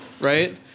right